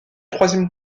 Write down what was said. troisième